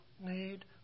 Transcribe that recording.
need